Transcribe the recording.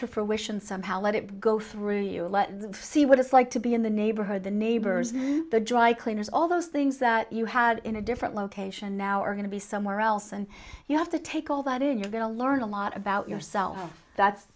to fruition somehow let it go through you see what it's like to be in the neighborhood the neighbors the dry cleaners all those things that you had in a different location now are going to be somewhere else and you have to take all that in you're going to learn a lot about yourself that's